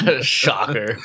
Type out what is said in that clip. shocker